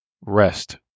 rest